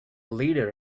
leader